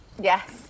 Yes